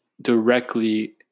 directly